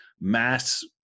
mass